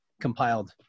compiled